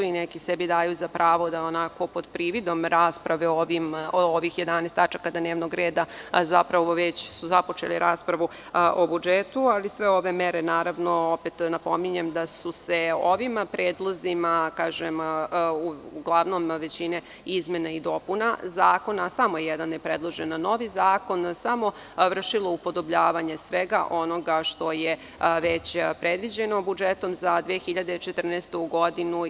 Neki sebi daju za pravo da onako pod prividom rasprave o ovih 11 tačaka dnevnog reda, zapravo već su započeli raspravu o budžetu, ali sve ove mere, naravno opet napominjem da su se ovim predlozima, uglavnom većine izmena i dopuna zakona, samo jedan je predložen novi zakon, samo vršilo upodobljavanje svega onoga što je već predviđeno budžetom za 2014. godinu.